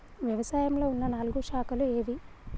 వ్యవసాయంలో ఉన్న నాలుగు శాఖలు ఏవి?